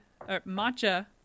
Matcha